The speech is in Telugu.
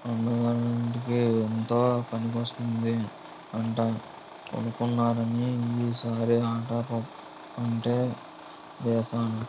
పండగలన్నిటికీ ఎంతో పనికొస్తుందని అంతా కొంటున్నారని ఈ సారి ఆటా పంటే వేసాము